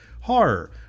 horror